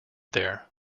there